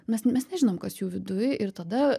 mes mes nežinom kas jų viduj ir tada